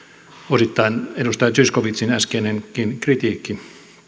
osittain edustaja zyskowiczin äskeinenkin kritiikki